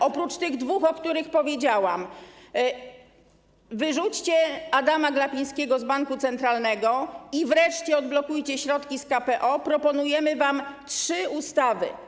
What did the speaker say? Oprócz tych dwóch, o których powiedziałam - wyrzućcie Adama Glapińskiego z banku centralnego i wreszcie odblokujcie środki z KPO - proponujemy wam trzy ustawy.